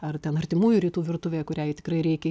ar ten artimųjų rytų virtuvė kuriai tikrai reikia